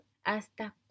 hasta